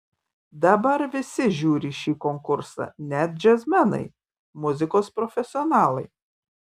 dabar visi žiūri šį konkursą net džiazmenai muzikos profesionalai